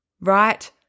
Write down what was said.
right